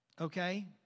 okay